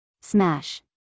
smash